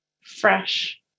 fresh